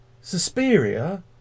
Suspiria